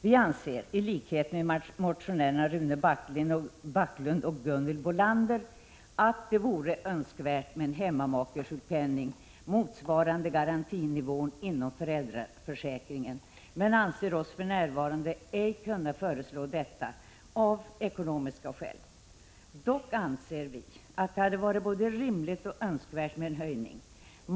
Vi anser i likhet med motionärerna Rune Backlund och Gunhild Bolander att det vore önskvärt med en hemmamakesjukpenning, motsvarande garantinivån inom föräldraförsäkringen, men anser oss för närvarande ej kunna föreslå detta av ekonomiska skäl. Dock anser vi att det hade varit både rimligt och önskvärt med en höjning.